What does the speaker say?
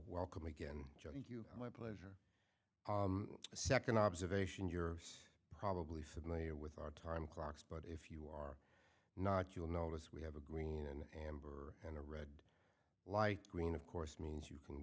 welcome again joe thank you my pleasure a second observation you're probably familiar with our time clocks but if you are not you'll notice we have a green an amber light green of course means you can